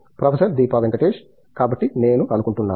professor Deepa Venkatesh కాబట్టి నేను అనుకుంటున్నాను